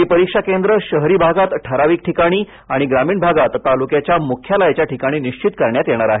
ही परीक्षा केंद्रे शहरी भागात ठराविक ठिकाणी आणि ग्रामीण भागात तालुक्याच्या मुख्यालयाच्या ठिकाणी निश्चित करण्यात येणार आहेत